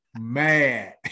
mad